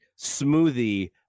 smoothie